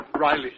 Riley